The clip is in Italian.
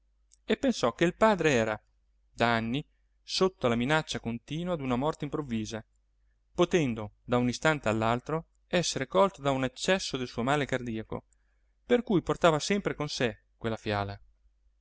e pensò che il padre era da anni sotto la minaccia continua d'una morte improvvisa potendo da un istante all'altro essere colto da un accesso del suo male cardiaco per cui portava sempre con sé quella fiala